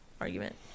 argument